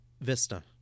Vista